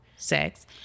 sex